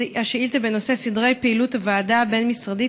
שאילתה בנושא סדרי פעילות הוועדה הבין-משרדית